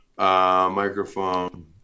Microphone